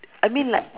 I mean like